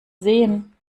sehen